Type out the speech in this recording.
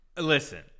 Listen